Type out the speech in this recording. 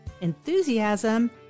enthusiasm